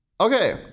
okay